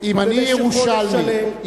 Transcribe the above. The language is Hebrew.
במשך חודש שלם,